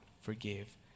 forgive